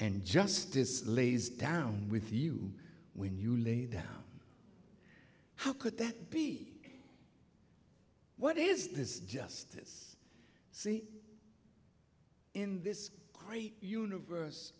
and justice lays down with you when you lay down how could that be what is this justice see in this great universe